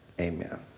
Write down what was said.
amen